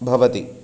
भवति